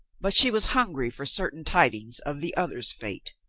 but she was hungry for certain tidings of the other's fate.